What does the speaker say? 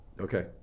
Okay